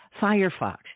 Firefox